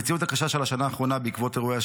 המציאות הקשה של השנה האחרונה בעקבות אירועי